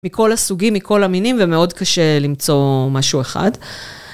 מכל הסוגים, מכל המינים ומאוד קשה למצוא משהו אחד.